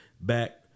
back